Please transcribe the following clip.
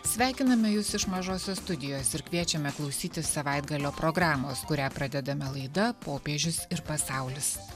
sveikiname jus iš mažosios studijos ir kviečiame klausytis savaitgalio programos kurią pradedame laida popiežius ir pasaulis